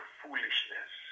foolishness